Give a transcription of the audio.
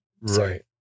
Right